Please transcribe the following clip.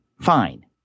Fine